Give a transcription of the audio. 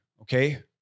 okay